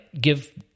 give